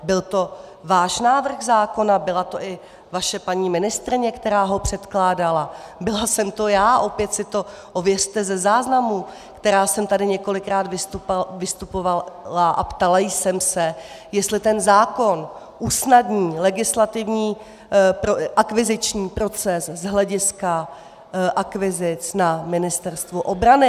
Byl to váš návrh zákona, byla to i vaše paní ministryně, která ho předkládala, byla jsem to já opět si to ověřte ze záznamu která jsem tady několikrát vystupovala a ptala jsem se, jestli ten zákon usnadní legislativní... akviziční proces z hlediska akvizic na Ministerstvu obrany.